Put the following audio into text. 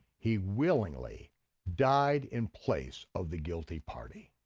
he willingly died in place of the guilty party.